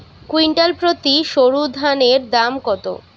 Quintal প্রতি সরুধানের দাম কত?